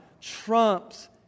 trumps